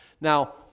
Now